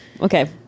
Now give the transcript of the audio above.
Okay